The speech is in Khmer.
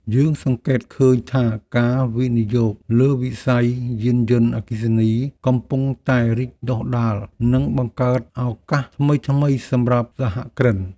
យើងសង្កេតឃើញថាការវិនិយោគលើវិស័យយានយន្តអគ្គិសនីកំពុងតែរីកដុះដាលនិងបង្កើតឱកាសថ្មីៗសម្រាប់សហគ្រិន។